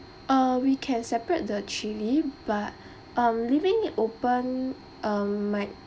uh we can separate the chili but um leaving it open might